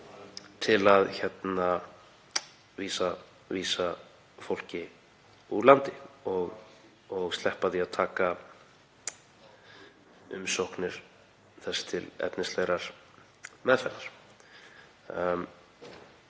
til að vísa fólki úr landi og sleppa því að taka umsóknir þess til efnislegrar meðferðar.